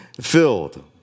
filled